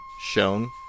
shown